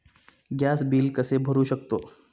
Gas bill कसे भरू शकतो?